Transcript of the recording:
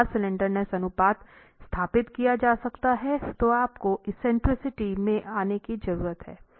एक बार स्लैंडरनेस अनुपात स्थापित किया जा सकता है तो आपको एक्सेंट्रिसिटी में आने की जरूरत है